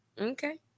Okay